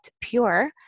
pure